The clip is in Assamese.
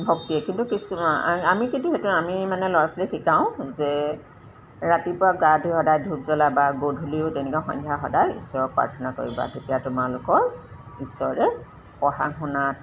ভক্তিয়ে কিন্তু কিছু আমি কিন্তু সেইটো আমি মানে ল'ৰা ছোৱালী শিকাওঁ যে ৰাতিপুৱা গা ধুই সদায় ধূপ জ্বলাবা গধূলিও তেনেকৈ সন্ধ্যা সদায় ঈশ্বৰক প্ৰাৰ্থনা কৰিবা তেতিয়া তোমালোকৰ ঈশ্বৰে পঢ়া শুনাত